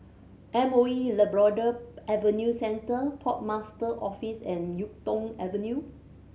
M O E Labrador Adventure Centre Port Master Office and Yuk Tong Avenue